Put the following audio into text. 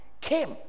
came